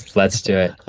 let's do it.